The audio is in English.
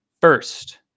first